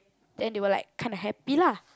then they were like kinda happy lah